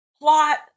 plot